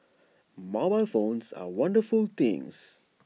mobile phones are wonderful things